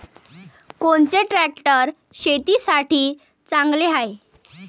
कोनचे ट्रॅक्टर शेतीसाठी चांगले हाये?